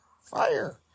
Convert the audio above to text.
Fire